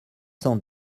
cent